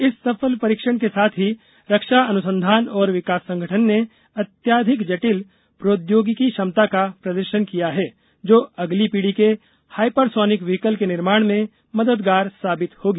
इस सफल परीक्षण के साथ ही रक्षा अनुसंधान और विकास संगठन ने अत्यधिक जटिल प्रौद्योगिकी क्षमता का प्रदर्शन किया है जो अगली पीढ़ी के हाइपरसोनिक व्हीकल के निर्माण में मददगार साबित होगी